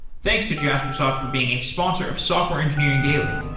thanks to jaspersoft from being a sponsor of software engineering daily